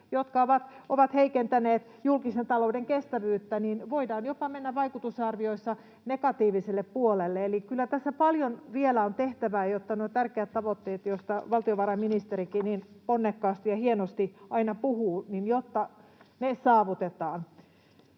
jotka ovat heikentäneet julkisen talouden kestävyyttä, niin voidaan jopa mennä vaikutusarvioissa negatiiviselle puolelle. Eli kyllä tässä paljon vielä on tehtävää, jotta saavutetaan nuo tärkeät tavoitteet, joista valtiovarainministerikin niin ponnekkaasti ja hienosti aina puhuu.